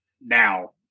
now